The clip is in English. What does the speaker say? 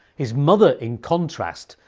his mother, in contrast,